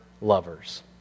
lovers